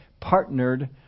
partnered